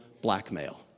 blackmail